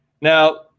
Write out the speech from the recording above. Now